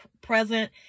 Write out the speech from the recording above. present